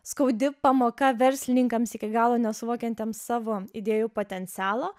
skaudi pamoka verslininkams iki galo nesuvokiantiems savo idėjų potencialo